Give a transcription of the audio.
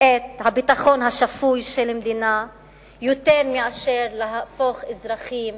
את הביטחון השפוי של המדינה יותר מאשר להפוך אזרחים